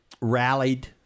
rallied